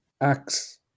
acts